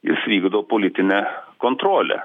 jis vykdo politinę kontrolę